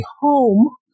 home